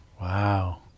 Wow